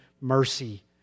mercy